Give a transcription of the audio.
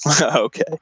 okay